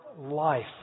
life